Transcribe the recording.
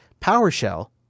PowerShell